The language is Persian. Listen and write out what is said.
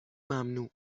ممنوع